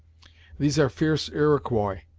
these are fierce iroquois,